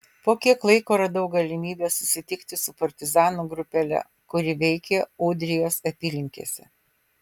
po kiek laiko radau galimybę susitikti su partizanų grupele kuri veikė ūdrijos apylinkėse